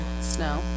Snow